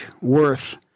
worth